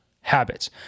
habits